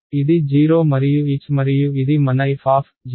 ఇది 0 మరియు h మరియు ఇది మన f మరియు f